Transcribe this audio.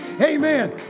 Amen